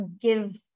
give